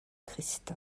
christ